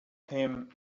him